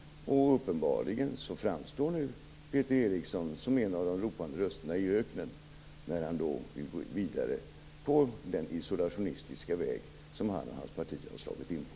Uppenbarligen framstår nu Peter Eriksson som en av de ropande rösterna i öknen när han vill gå vidare på den isolationistiska väg som han och hans parti har slagit in på.